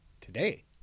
Today